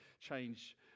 change